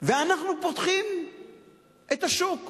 ועתה דווקא אנחנו פותחים את השוק?